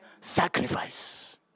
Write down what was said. Sacrifice